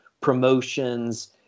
promotions